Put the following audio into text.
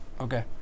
Okay